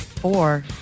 Four